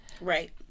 Right